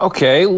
Okay